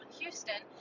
Houston